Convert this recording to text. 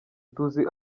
tuzi